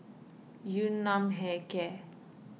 Yun Nam Hair Care